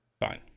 Fine